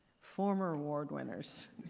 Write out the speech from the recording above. former award-winners,